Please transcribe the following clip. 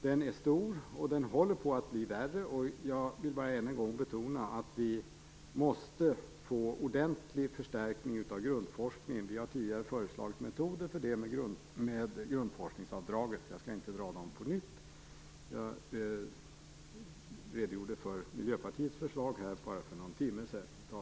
Den är stor och den håller på att bli värre. Jag vill bara än en gång betona att vi måste få ordentlig förstärkning av grundforskningen. Vi har tidigare föreslagit metoder för det, med grundforskningsavdraget, jag skall inte dra dem på nytt. Jag redogjorde i talarstolen för Miljöpartiets förslag för bara någon timme sedan.